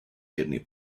kidney